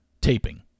taping